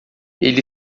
ele